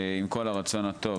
עם כל הרצון הטוב,